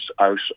out